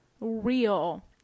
real